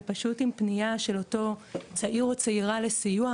אלא פשוט עם פנייה של אותו צעיר או צעירה לסיוע.